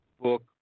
book